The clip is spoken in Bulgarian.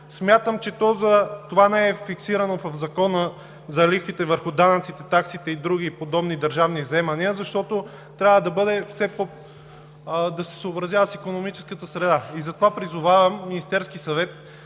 Смятам, че то затова не е фиксирано в Закона за лихвите върху данъците, таксите и други подобни държавни вземания, защото трябва да се съобразява с икономическата среда. Призовавам Министерския съвет